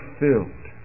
filled